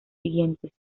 siguientes